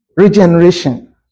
regeneration